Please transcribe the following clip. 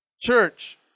Church